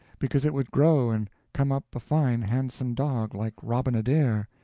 because it would grow and come up a fine handsome dog, like robin adair,